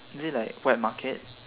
is it like wet market